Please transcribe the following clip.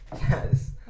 Yes